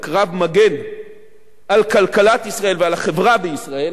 קרב מגן על כלכלת ישראל ועל החברה בישראל